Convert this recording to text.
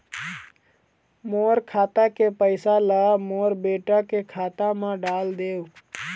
मोर खाता के पैसा ला मोर बेटा के खाता मा डाल देव?